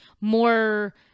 more